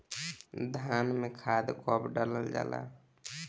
धान में खाद कब डालल जाला?